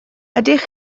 ydych